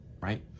right